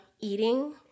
eating